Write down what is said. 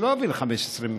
שלא יעביר 15 מיליון.